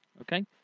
Okay